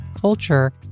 culture